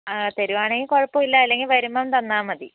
തരികയാണെങ്കിൽ കുഴപ്പമില്ല അല്ലെങ്കിൽ വരുമ്പം തന്നാൽമതി